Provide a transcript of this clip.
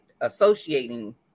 associating